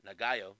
Nagayo